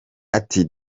ati